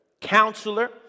counselor